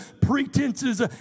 pretenses